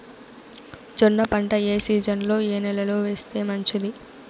జొన్న పంట ఏ సీజన్లో, ఏ నెల లో వేస్తే మంచిది?